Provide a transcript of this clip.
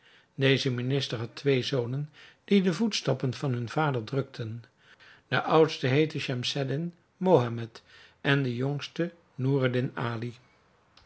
deze minister had twee zonen die de voetstappen van hun vader drukten de oudste heette schemseddin mohammed en de jongste noureddin ali